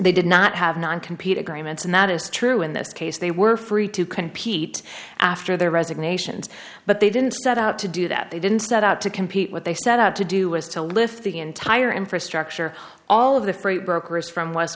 they did not have nine compete agreements and that is true in this case they were free to compete after their resignations but they didn't set out to do that they didn't set out to compete what they set out to do was to lift the entire infrastructure all of the freight brokers from west